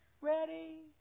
Ready